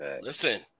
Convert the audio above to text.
Listen